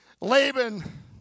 Laban